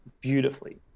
beautifully